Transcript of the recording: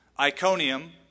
Iconium